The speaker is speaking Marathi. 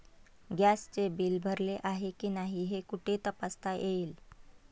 गॅसचे बिल भरले आहे की नाही हे कुठे तपासता येईल?